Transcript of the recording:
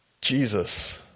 Jesus